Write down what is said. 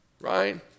right